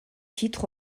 titre